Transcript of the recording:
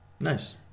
Nice